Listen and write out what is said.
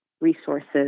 resources